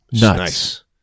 nice